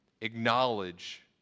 acknowledge